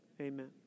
amen